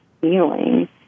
feeling